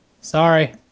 Sorry